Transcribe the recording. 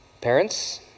Parents